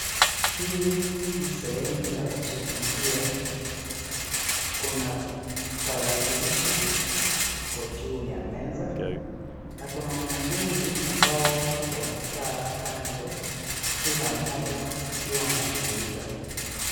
Hii ni sehemu ya kujifunzia. Kuna tarakilishi, iko juu ya meza na kuna wanafunzi ambao wamekaa kando, kila mmoja akiwa anashughulika.